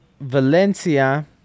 Valencia